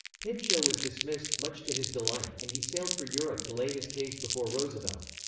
pinchot was dismissed, much to his delight, and he sailed for europe to lay his case before roosevelt.